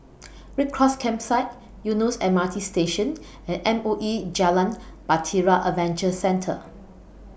Red Cross Campsite Eunos M R T Station and M O E Jalan Bahtera Adventure Centre